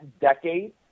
decade